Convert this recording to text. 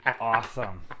Awesome